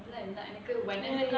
இல்ல எனக்கு:illa enakku wednesday